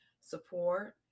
support